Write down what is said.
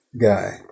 guy